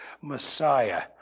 Messiah